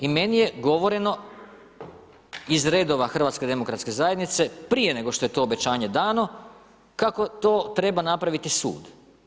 I meni je govoreno iz redova HDZ-a prije nego što je to obećanje dano kako to treba napraviti sud.